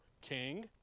king